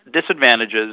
disadvantages